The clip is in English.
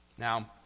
Now